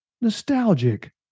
nostalgic